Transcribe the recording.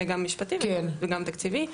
זה גם משפטי וגם תקציבי,